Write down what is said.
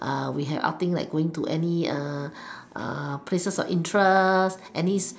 we have outing like going to any places of interest any